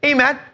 Amen